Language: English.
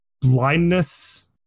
blindness